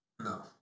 No